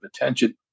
attention